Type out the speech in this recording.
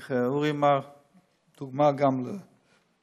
איך אורי אמר, גם דוגמה לילדים,